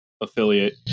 affiliate